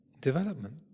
development